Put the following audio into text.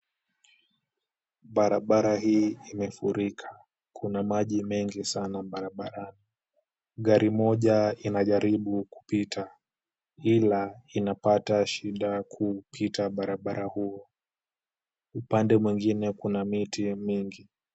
Barabara hii imefurika. Kuna maji mengi sana barabarani. Gari moja inajaribu kupita, ila inapata shida kupita barabara huo. Upande mwingine kuna miti mingi.